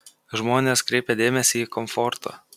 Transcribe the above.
žmonės kreipia dėmesį į komfortą